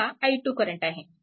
हा i2 current आहे